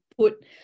Put